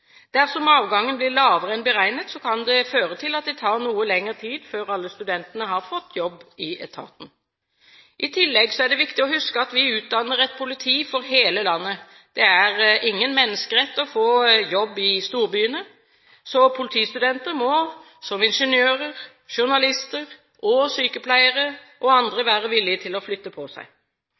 Dersom avgangen blir lavere enn beregnet, kan det føre til at det tar noe lengre tid før alle studentene har fått jobb i etaten. I tillegg er det viktig å huske at vi utdanner et politi for hele landet. Det er ingen menneskerett å få jobb i storbyene, så politistudenter må, i likhet med ingeniører, journalister, sykepleiere og andre, være villig til å flytte på seg.